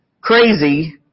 crazy